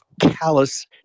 callous